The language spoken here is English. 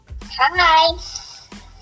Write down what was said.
Hi